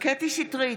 קטי קטרין שטרית,